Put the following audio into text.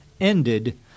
ended